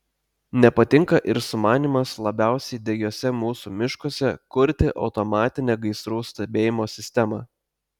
nepatinka ir sumanymas labiausiai degiuose mūsų miškuose kurti automatinę gaisrų stebėjimo sistemą